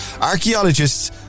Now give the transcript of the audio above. Archaeologists